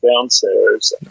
downstairs